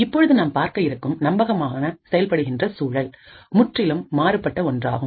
இப்பொழுது நாம் பார்க்க இருக்கும் நம்பகமான செயல்படுகின்ற சூழல் முற்றிலும் மாறுபட்ட ஒன்றாகும்